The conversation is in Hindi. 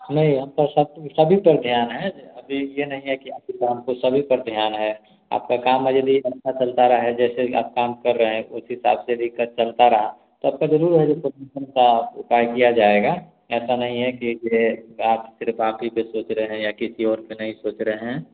नहीं हमको सब सभी पर ध्यान है यह अभी ये नहीं है कि हमको सभी पर ध्यान है आपका काम यदि अच्छा चलता रहे जैसे कि आप काम कर रहें उस हिसाब से यदि क चलता रहा तो आपका ज़रूर है जो प्रमोसन का उपाय किया जाएगा ऐसा नहीं है के ये बात सिर्फ़ आप ही के सोच रहें या किसी और के नहीं सोच रहे हैं